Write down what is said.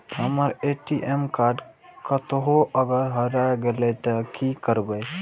हमर ATM card कतहो अगर हेराय गले ते की करबे?